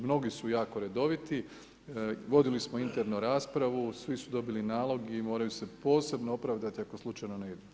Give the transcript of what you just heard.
Mnogi su jako redoviti, vodili smo interno raspravu, svi su dobili nalog i moraju se posebno opravdati ako slučajno ne idu.